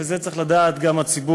ואת זה צריך לדעת גם הציבור,